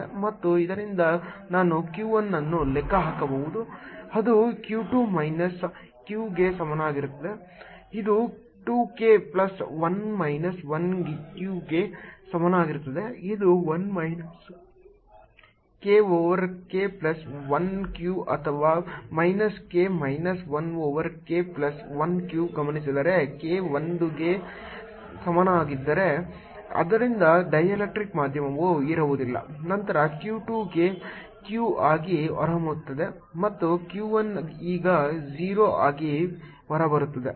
ಮತ್ತು ಇದರಿಂದ ನಾನು q 1 ಅನ್ನು ಲೆಕ್ಕ ಹಾಕಬಹುದು ಅದು q 2 ಮೈನಸ್ q ಗೆ ಸಮನಾಗಿರುತ್ತದೆ ಇದು 2 k ಪ್ಲಸ್ 1 ಮೈನಸ್ 1 q ಗೆ ಸಮಾನವಾಗಿರುತ್ತದೆ ಇದು 1 minus k k plus 1 q ಅಥವಾ minus k minus 1 k plus 1 q ಗಮನಿಸಿದರೆ k 1 ಗೆ ಸಮನಾಗಿದ್ದರೆ ಅಂದರೆ ಡೈಎಲೆಕ್ಟ್ರಿಕ್ಸ್ ಮಾಧ್ಯಮವು ಇರುವುದಿಲ್ಲ ನಂತರ q 2 ಈಗ q ಆಗಿ ಹೊರಹೊಮ್ಮುತ್ತದೆ ಮತ್ತು q 1 ಈಗ 0 ಆಗಿ ಹೊರಬರುತ್ತದೆ